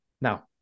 Now